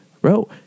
bro